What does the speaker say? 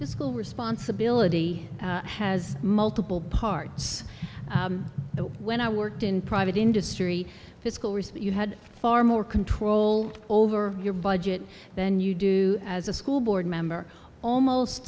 the school responsibility has multiple parts but when i worked in private industry fiscal recent you had far more control over your budget than you do as a school board member almost